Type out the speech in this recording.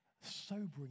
Sobering